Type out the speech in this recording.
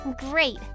Great